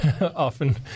often